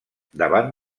davant